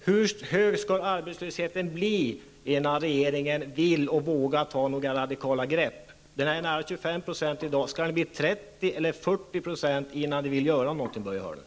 Hur hög skall arbetslösheten bli innan regeringen vill och vågar ta några radikala grepp? Nära 25 % är arbetslösa i dag -- skall det bli 30 eller 40 % innan Börje Hörnlund vill göra någonting?